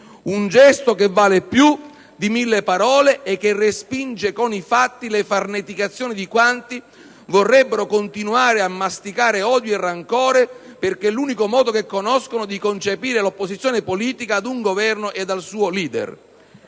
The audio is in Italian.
un gesto che vale più di mille parole e che respinge con i fatti le farneticazioni di quanti vorrebbero continuare a masticare odio e rancore perché è l'unico modo che conoscono di concepire l'opposizione politica a un Governo e al suo *leader*.